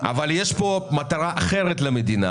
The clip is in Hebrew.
אבל למדינה